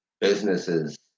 businesses